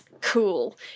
cool